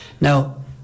Now